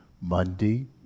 Monday